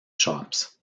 shops